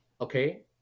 okay